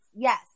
Yes